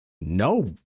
No